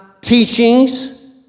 teachings